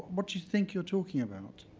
what do you think you're talking about?